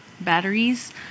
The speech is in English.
batteries